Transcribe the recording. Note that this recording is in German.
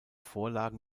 vorlagen